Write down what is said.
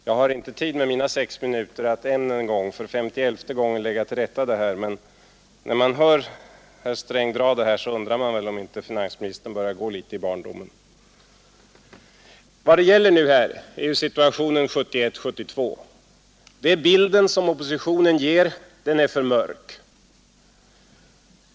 Jag har med mina sex minuter inte tid att för femtioelfte gången lägga till rätta vad herr Sträng här sagt men när man hör herr Sträng dra detta, undrar man om inte finansministern börjar gå litet i barndom. Vad det nu gäller är situationen 1971—1972. Den bild som oppositionen ger sägs vara för mörk.